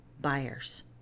buyers